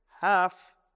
half